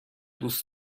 دوست